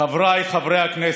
חבריי חברי הכנסת,